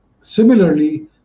Similarly